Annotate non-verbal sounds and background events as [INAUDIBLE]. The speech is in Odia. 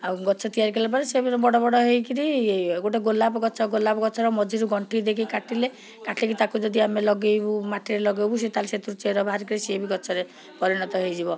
ଆଉ ଗଛ ତିଆରି କଲାପରେ ସେ ବଡ଼ବଡ଼ ହେଇକିରି ଇଏ [UNINTELLIGIBLE] ଗୋଟେ ଗୋଲାପ ଗଛ ଗୋଲାପ ଗଛର ମଝିରୁ ଗଣ୍ଠି ଦେଖିକି କାଟିଲେ କାଟିକି ତାକୁ ଯଦି ଆମେ ଲଗେଇବୁ ମାଟିରେ ଲଗାଇବୁ ସେ ତା'ହେଲେ ସେଥିରୁ ଚେର ବାହାର କରି ସିଏ ବି ଗଛରେ ପରିଣତ ହେଇଯିବ